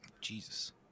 jesus